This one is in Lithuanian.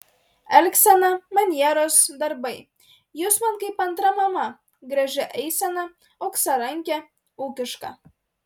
elgsena manieros darbai jūs man kaip antra mama graži eisena auksarankė ūkiška